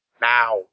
now